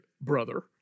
brother